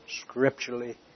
scripturally